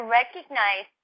recognize